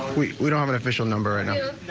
we don't have an official number and